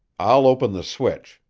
i'll open the switch.